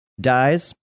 Dies